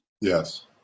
Yes